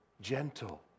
Gentle